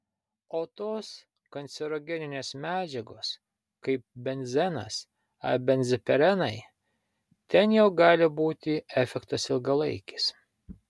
o tos kancerogeninės medžiagos kaip benzenas ar benzpirenai ten jau gali būti efektas ilgalaikis